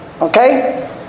Okay